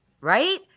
Right